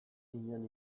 inon